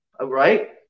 Right